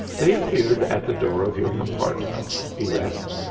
they appeared at the door of your compartment, erect,